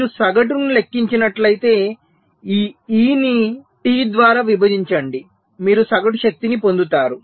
మీరు సగటును లెక్కించినట్లయితే ఈ E ని T ద్వారా విభజించండి మీరు సగటు శక్తిని పొందుతారు